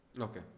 okay